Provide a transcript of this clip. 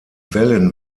wellen